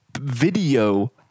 video